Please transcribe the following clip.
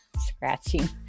scratching